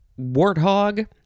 warthog